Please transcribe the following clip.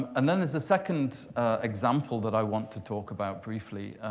and then, there's the second example that i want to talk about briefly,